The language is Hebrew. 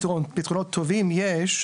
פתרונות טובים יש,